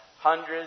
hundreds